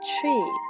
tree